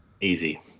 Easy